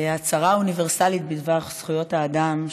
ההצהרה האוניברסלית בדבר זכויות האדם,